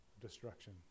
destruction